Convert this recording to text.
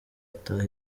ataha